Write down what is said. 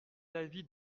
l’avis